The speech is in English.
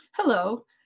Hello